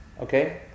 Okay